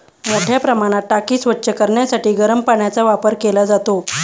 मोठ्या प्रमाणात टाकी स्वच्छ करण्यासाठी गरम पाण्याचा वापर केला जातो